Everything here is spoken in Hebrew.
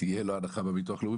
תהיה לו הנחה בביטוח לאומי,